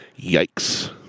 Yikes